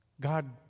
God